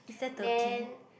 then